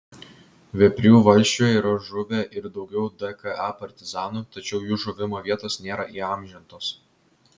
veprių valsčiuje yra žuvę ir daugiau dka partizanų tačiau jų žuvimo vietos nėra įamžintos